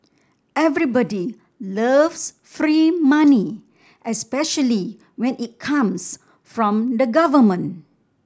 everybody loves free money especially when it comes from the government